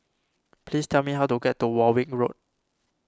please tell me how to get to Warwick Road